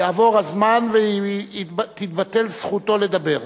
יעבור הזמן ותתבטל זכותו לדבר.